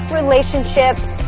relationships